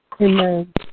Amen